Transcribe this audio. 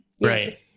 Right